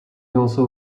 also